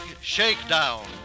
Shakedown